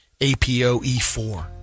APOE4